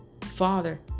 Father